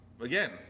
again